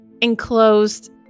enclosed